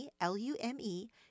L-U-M-E